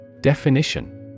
Definition